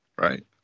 right